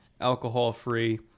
alcohol-free